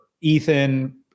Ethan